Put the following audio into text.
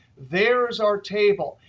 there is our table.